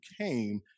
came